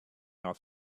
off